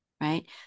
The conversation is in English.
right